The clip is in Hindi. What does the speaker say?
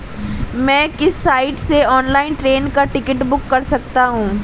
मैं किस साइट से ऑनलाइन ट्रेन का टिकट बुक कर सकता हूँ?